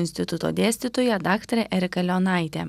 instituto dėstytoja daktarė erika leonaitė